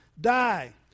die